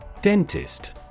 Dentist